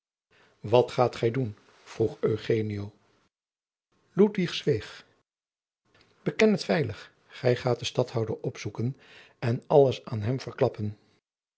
wat gaat gij doen vroeg eugenio ludwig zweeg beken het veilig gij gaat den stadhouder opzoeken en alles aan hem verklappen